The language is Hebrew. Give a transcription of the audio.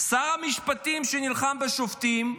שר המשפטים נלחם בשופטים,